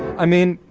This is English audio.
i mean,